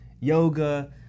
yoga